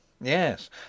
Yes